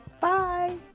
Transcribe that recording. Bye